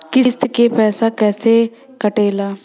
किस्त के पैसा कैसे कटेला?